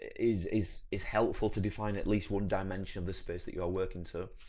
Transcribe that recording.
is, is is helpful to define at least one dimension of the space that you are working to.